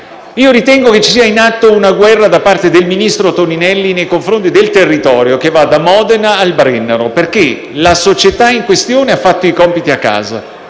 Ritengo sia in atto una guerra da parte del ministro Toninelli nei confronti del territorio, che va da Modena al Brennero, perché la società in questione ha fatto "i compiti a casa",